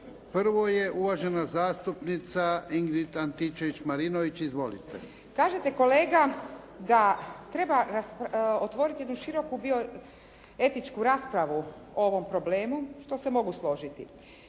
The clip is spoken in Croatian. Prvo je uvažena zastupnica Ingrid Antičević-Marinović. Izvolite. **Antičević Marinović, Ingrid (SDP)** Kažete kolega da treba otvoriti jednu široku bioetičku raspravu o ovom problemu što se mogu složiti.